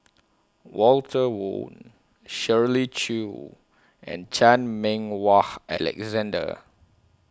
Walter Woon Shirley Chew and Chan Meng Wah Alexander